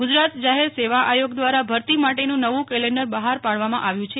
ગુજરાત જાહેર સેવા આયોગ દ્રારા ભરતી માટેનું નવું કેલેન્ડર બહાર પાડવામાં આવ્યું છે